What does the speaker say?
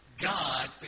God